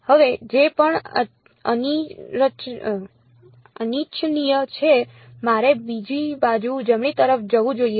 હવે જે પણ અનિચ્છનીય છે મારે બીજી બાજુ જમણી તરફ જવું જોઈએ